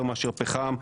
יותר מאשר פחם,